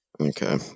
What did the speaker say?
Okay